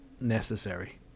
necessary